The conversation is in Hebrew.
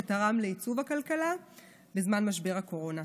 שתרמו לייצוב הכלכלה בזמן משבר הקורונה.